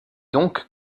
donc